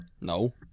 No